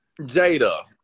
Jada